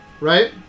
right